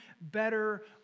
better